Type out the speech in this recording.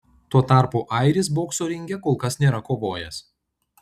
tuo tarpu airis bokso ringe kol kas nėra kovojęs